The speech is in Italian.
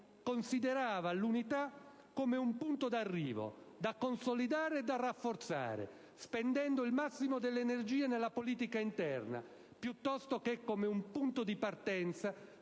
considerava l'unità come un punto d'arrivo da consolidare e rafforzare, spendendo il massimo delle energie nella politica interna, piuttosto che un punto di partenza